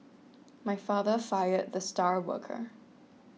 my father fired the star worker